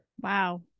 Wow